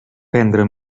prendre